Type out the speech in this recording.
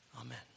Amen